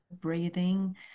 breathing